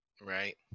Right